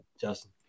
Justin